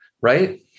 Right